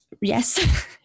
yes